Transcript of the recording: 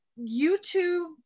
youtube